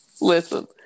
Listen